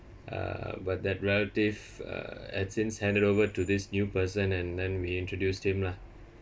uh but that relative uh had since handed over to this new person and then we introduced him lah